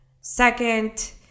Second